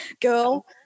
girl